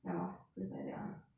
ya lor so is like that [one]